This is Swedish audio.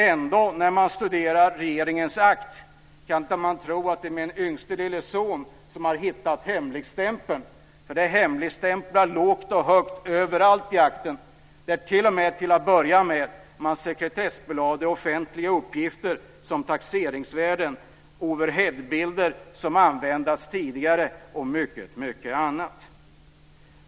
Och ändå kan man inte tro att min yngste lille son har hittat hemligstämpeln i regeringens akt! Det är hemligstämplat upp och ned, överallt i akten. Till att börja med sekretessbelade man offentliga uppgifter som taxeringsvärden, overheadbilder som använts tidigare och mycket annat.